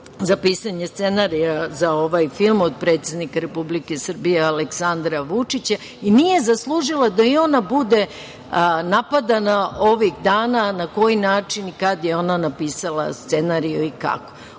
za pisanje scenarija za ovaj film od predsednika Republike Srbije Aleksandra Vučića i nije zaslužila da i ona bude napadana ovih dana na koji način i kada je ona napisala scenario i kako.